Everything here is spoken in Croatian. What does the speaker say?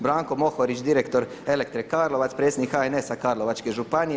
Branko Mohorić, direktor Elektre Karlovac, predsjednik HNS-a Karlovačke županije.